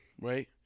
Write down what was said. right